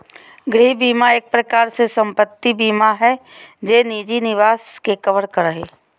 गृह बीमा एक प्रकार से सम्पत्ति बीमा हय जे निजी निवास के कवर करो हय